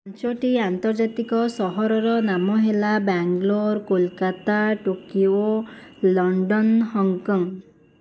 ପାଞ୍ଚଟି ଅନ୍ତର୍ଜାତିକ ସହରର ନାମ ହେଲା Bangalore Kolkata Tokyo London Hong Kong